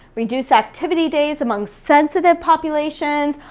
reduced activity days amongst sensitive populations,